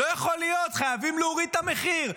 לא יכול להיות, חייבים להוריד את המחיר.